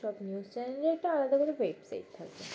সব নিউজ চ্যানেলের একটা আলাদা করে ওয়েবসাইট থাকবে